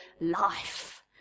life